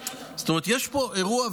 זאת אומרת, יש פה אירוע.